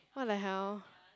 what the hell